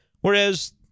whereas